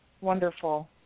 Wonderful